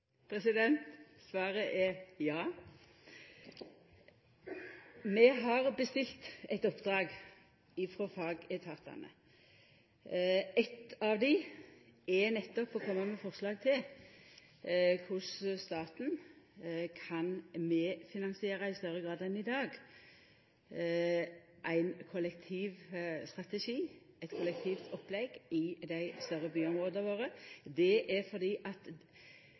Svaret er ja. Vi har bestilt eit oppdrag frå fagetatane. Eitt av dei er nettopp å koma med forslag til korleis staten i større grad enn i dag kan medfinansiera ein kollektivstrategi, eit kollektivt opplegg i dei større byområda våre. Det er fordi